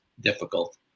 difficult